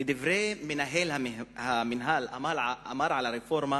מנהל המינהל אמר על הרפורמה: